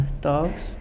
dogs